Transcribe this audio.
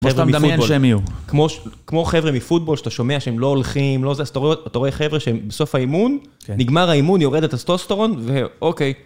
כמו שאתה מדמיין שהם יהיו. כמו חבר'ה מפוטבול שאתה שומע שהם לא הולכים, אתה רואה חבר'ה שבסוף האימון, נגמר האימון, יורד הסטוסטרון, ואוקיי.